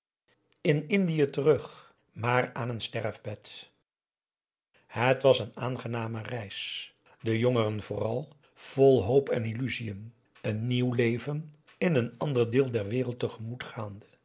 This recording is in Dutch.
in indië terug maar aan een sterfbed het was een aangename reis de jongeren vooral vol hoop en illusiën een nieuw leven in een ander deel der wereld tegemoet gaande